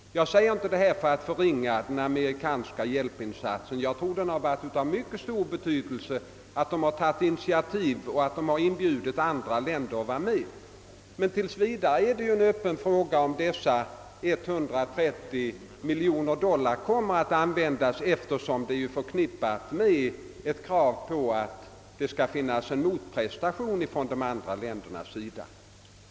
Jag säger inte detta för att förringa den amerikanska hjälpinsatsen, eftersom jag tror att det har varit av mycket stor betydelse att Amerika har tagit ett initiativ och inbjudit andra länder att vara med. Men tills vidare är det en öppen fråga om dessa 130 miljoner dollar kommer att användas, eftersom användandet av dessa pengar är förknippat med ett krav på att det skall finnas en motprestation från de andra länderna.